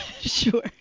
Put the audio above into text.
Sure